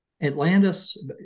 Atlantis